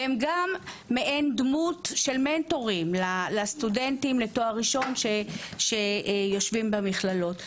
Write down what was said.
והם גם מעין מנטורים לסטודנטים לתואר ראשון שיושבים במכללות.